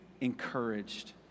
encouraged